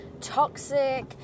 toxic